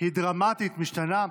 דרמטית, משתנה.